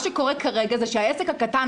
העסק הקטן,